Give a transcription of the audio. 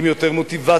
עם יותר מוטיבציה,